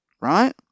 Right